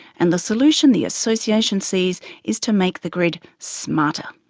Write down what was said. and the solution the association sees is to make the grid smarter.